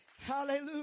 Hallelujah